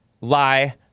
lie